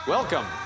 Welcome